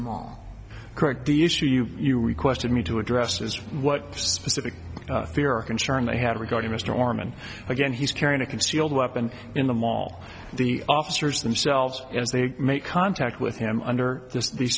the mall correct the issue you you requested me to address is what the specific fear a concern they had regarding mr orme and again he's carrying a concealed weapon in the mall the officers themselves as they make contact with him under the